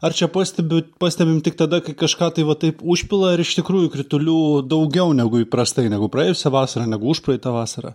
ar čia pastebiu pastebim tik tada kai kažką tai va taip užpila ar iš tikrųjų kritulių daugiau negu įprastai negu praėjusią vasarą negu užpraeitą vasarą